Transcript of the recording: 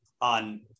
on